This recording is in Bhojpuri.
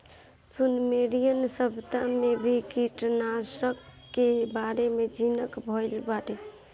सुमेरियन सभ्यता में भी कीटनाशकन के बारे में ज़िकर भइल बाटे